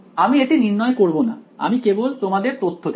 আমি এটি নির্ণয় করবো না আমি কেবল তোমাদের তথ্য দেব